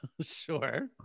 Sure